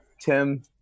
Tim